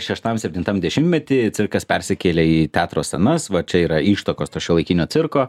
šeštam septintam dešimtmety cirkas persikėlė į teatro scenas va čia yra ištakos to šiuolaikinio cirko